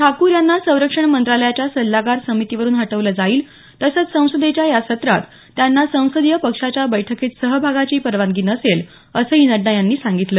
ठाकूर यांना संरक्षण मंत्रालयाच्या सल्लागार समितीवरून हटवलं जाईल तसंच संसदेच्या या सत्रात त्यांना संसदीय पक्षाच्या बैठकीत सहभागाची परवानगी नसेल असंही नड्डा यांनी सांगितलं